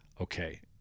okay